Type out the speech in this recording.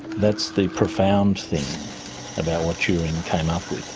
that's the profound thing about what turing came up with.